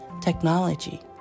technology